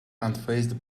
unfazed